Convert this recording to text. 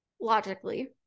logically